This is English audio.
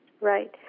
Right